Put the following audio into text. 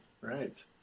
Right